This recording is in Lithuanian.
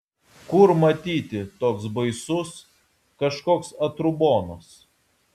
kur matyti toks baisus kažkoks atrubonas